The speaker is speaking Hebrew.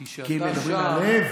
כי מדברים מהלב.